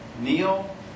Neil